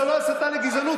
זאת לא הסתה לגזענות,